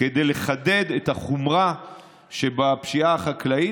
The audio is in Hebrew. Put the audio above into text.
כדי לחדד את החומרה שבפשיעה החקלאית,